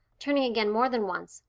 turning again more than once,